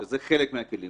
שזה חלק מהכלים,